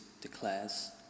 declares